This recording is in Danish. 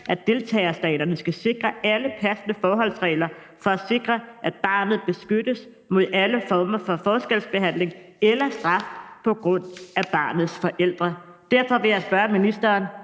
at deltagerstaterne skal sikre alle passende forholdsregler for at sikre, at barnet beskyttes imod alle former for forskelsbehandling eller straf på grund af barnets forældre. Derfor vil jeg spørge ministeren: